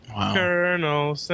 Colonel